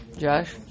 Josh